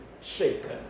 shaken